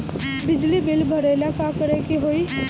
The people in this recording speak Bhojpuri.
बिजली बिल भरेला का करे के होई?